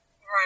Right